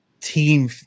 team